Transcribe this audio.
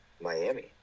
Miami